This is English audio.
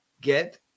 Get